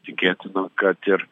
tikėtina kad ir